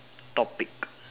topic